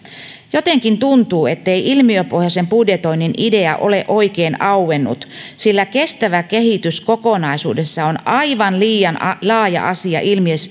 jotenkin tuntuu ettei ilmiöpohjaisen budjetoinnin idea ole oikein auennut sillä kestävä kehitys kokonaisuudessaan on aivan liian laaja asia